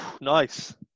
Nice